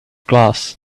class